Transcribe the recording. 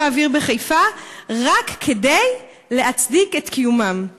האוויר בחיפה רק כדי להצדיק את קיומם.